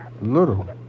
little